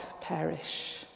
perish